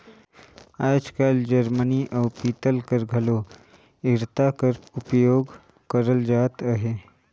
आएज काएल जरमनी अउ पीतल कर घलो इरता कर उपियोग करल जात अहे